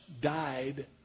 died